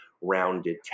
rounded